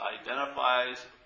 identifies